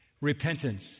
repentance